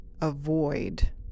avoid